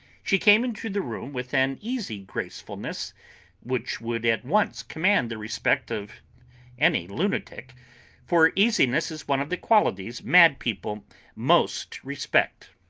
she came into the room with an easy gracefulness which would at once command the respect of any lunatic for easiness is one of the qualities mad people most respect.